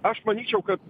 aš manyčiau kad